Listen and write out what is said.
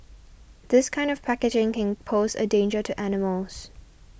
this kind of packaging can pose a danger to animals